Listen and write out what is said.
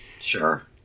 Sure